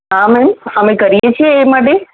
હા મૅમ અમે કરીએ છે એ માટે